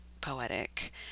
poetic